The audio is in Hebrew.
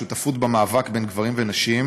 שותפות במאבק בין גברים לנשים,